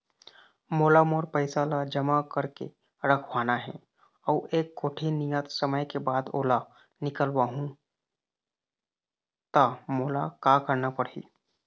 मोला मोर पैसा ला जमा करके रखवाना हे अऊ एक कोठी नियत समय के बाद ओला निकलवा हु ता मोला का करना पड़ही?